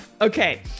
Okay